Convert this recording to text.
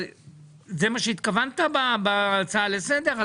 זה מה שהתכוונת בהצעה לסדר?